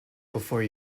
before